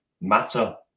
matter